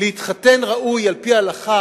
להתחתן כראוי על-פי ההלכה,